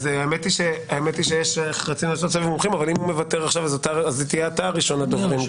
אם הוא מוותר, אתה גלעד תהיה ראשון הדוברים.